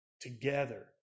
together